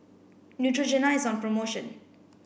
Neutrogena is on promotion